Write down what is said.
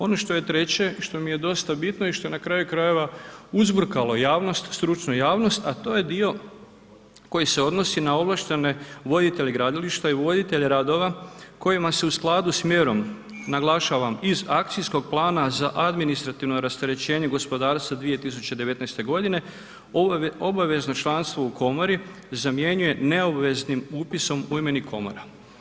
Ono što je treće, što mi je dosta bitno i što je na kraju krajeva, uzburkalo javnost, stručnu javnost, a to je dio koji se odnosi na ovlaštene voditelje gradilišta i voditelje radova kojima se u skladu s mjerom, naglašavam iz akcijskog plana za administrativno rasterećenje gospodarstva 2019. g. obavezno članstvo u komori zamjenjuje neobveznim upisom u imenik komora.